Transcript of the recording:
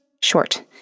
short